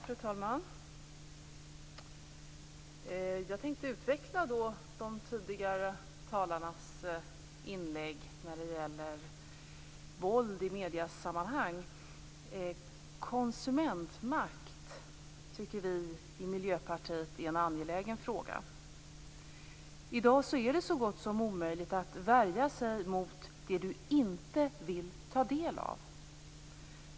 Fru talman! Jag tänkte utveckla de tidigare talarnas inlägg när det gäller våld i mediesammanhang. Konsumentmakt tycker vi i Miljöpartiet är en angelägen fråga. I dag är det så gott som omöjligt att värja sig mot det du inte vill ta del av.